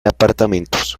apartamentos